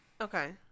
Okay